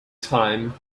time